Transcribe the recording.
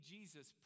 Jesus